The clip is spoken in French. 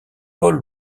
paul